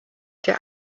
der